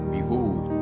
Behold